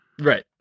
Right